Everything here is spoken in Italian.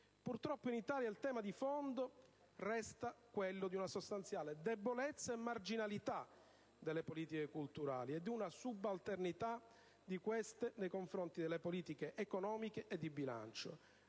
Purtroppo in Italia il tema di fondo resta quello di una sostanziale debolezza e marginalità delle politiche culturali e di una subalternità di queste nei confronti delle politiche economiche e di bilancio.